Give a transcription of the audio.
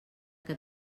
que